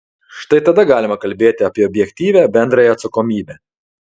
štai tada galima kalbėti apie objektyvią bendrąją atsakomybę